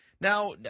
Now